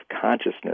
consciousness